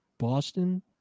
boston